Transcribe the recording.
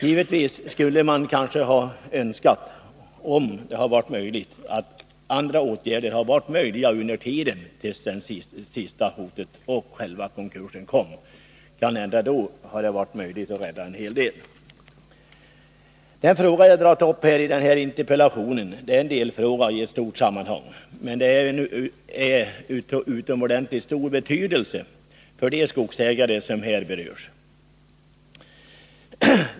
Givetvis skulle man ha önskat att andra åtgärder hade varit möjliga innan det sista hotet och själva konkursen kom. Då hade det kanske varit möjligt att rädda en hel del. Den fråga jag tagit upp i interpellationen är en delfråga i ett stort sammanhang, men den är av utomordentligt stor betydelse för de skogsägare som berörs.